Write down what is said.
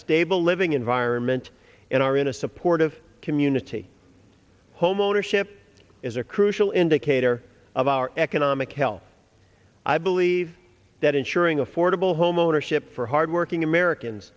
stable living environment and are in a supportive community homeownership is a crucial indicator of our economic health i believe that ensuring affordable homeownership for hard working americans